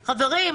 חברים,